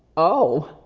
oh.